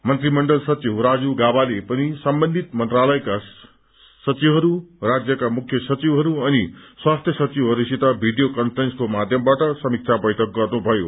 मन्त्रीमण्डल सचिव राजीव गाबाले पनि सम्बन्धित मन्त्रालयका सचिवहरू राज्यका मुख्य सचिवहरू अनि स्वास्थ्य सचिवहरूसित भीडियो कन्फ्रेन्सको माध्यमबाट समीक्षा बैठक गर्नुमयो